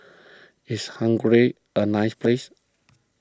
is Hungary a nice place